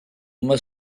uma